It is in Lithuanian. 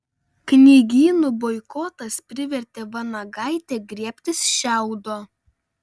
knygynų boikotas privertė vanagaitę griebtis šiaudo